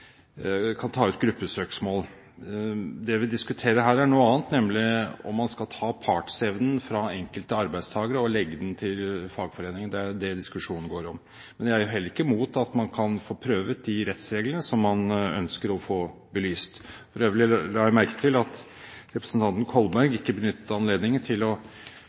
ta ut gruppesøksmål. Det vi diskuterer her, er noe annet, nemlig om man skal ta partsevnen fra enkelte arbeidstakere og legge den til fagforeningen. Det er det diskusjonen dreier seg om. Men jeg er heller ikke imot at man kan få prøvd de rettsreglene som man ønsker å få belyst. For øvrig la jeg merke til at representanten Kolberg ikke benyttet anledningen til å